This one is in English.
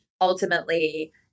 ultimately